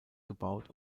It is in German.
gebaut